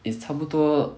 it's 差不多